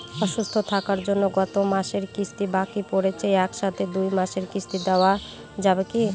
অসুস্থ থাকার জন্য গত মাসের কিস্তি বাকি পরেছে এক সাথে দুই মাসের কিস্তি দেওয়া যাবে কি?